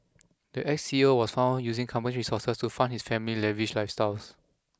the ex C E O was found using company resources to fund his family lavish lifestyles